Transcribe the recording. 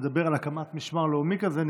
הוא מדבר על הקמת משמר לאומי כזה.